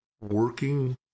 working